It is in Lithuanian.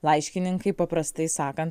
laiškininkai paprastai sakant